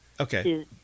Okay